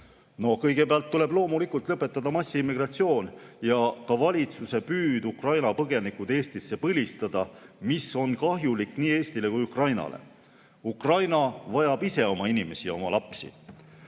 Kõigepealt tuleb loomulikult lõpetada massiimmigratsioon ja ka valitsuse püüd Ukraina põgenikud Eestisse põlistada, mis on kahjulik nii Eestile kui ka Ukrainale. Ukraina vajab ise oma inimesi ja oma lapsi.